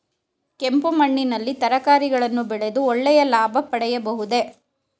ಕೆಂಪು ಮಣ್ಣಿನಲ್ಲಿ ತರಕಾರಿಗಳನ್ನು ಬೆಳೆದು ಒಳ್ಳೆಯ ಲಾಭ ಪಡೆಯಬಹುದೇ?